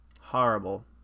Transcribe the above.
horrible